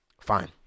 Fine